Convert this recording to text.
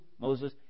Moses